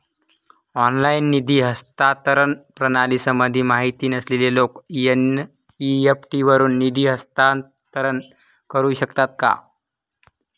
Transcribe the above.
Online निधी हस्तांतरण प्रणालीसंबंधी माहिती नसलेले लोक एन.इ.एफ.टी वरून निधी हस्तांतरण करू शकतात का?